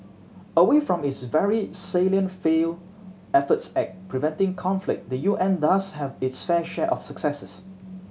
away from its very salient failed efforts at preventing conflict the U N does have its fair share of successes